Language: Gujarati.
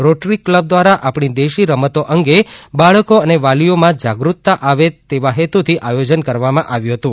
રોટરી ક્લબ દ્વારા આપણી દેશી રમતો અંગે બાળકો અને વાલીમાં જાગૃતતા આવે તેવા હેતુ થી આયોજન કરવામાં આવ્યું હતું